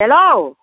hello